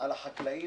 על החקלאים,